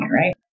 right